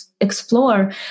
explore